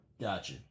Gotcha